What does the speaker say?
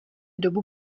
dobu